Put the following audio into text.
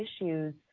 issues